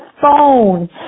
Phone